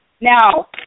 Now